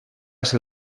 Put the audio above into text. ser